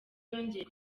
yongeye